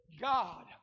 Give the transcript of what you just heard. God